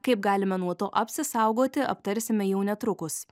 kaip galime nuo to apsisaugoti aptarsime jau netrukus